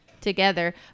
Together